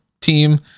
team